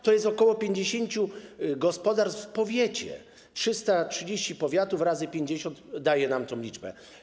To jest ok. 50 gospodarstw w powiecie, 330 powiatów razy 50 daje nam tę liczbę.